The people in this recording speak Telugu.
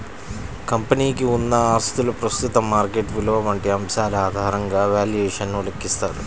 కంపెనీకి ఉన్న ఆస్తుల ప్రస్తుత మార్కెట్ విలువ వంటి అంశాల ఆధారంగా వాల్యుయేషన్ ను లెక్కిస్తారు